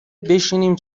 بشینیم